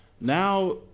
Now